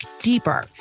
deeper